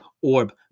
orb